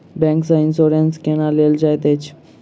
bank सँ insurance केना लेल जाइत अछि